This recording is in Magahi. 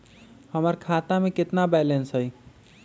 हमर खाता में केतना बैलेंस हई?